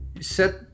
set